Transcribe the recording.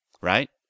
right